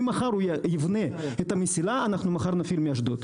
ממחר יבנה את המסילה ממחר נפעיל מאשדוד.